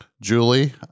Julie